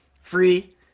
free